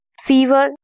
fever